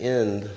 end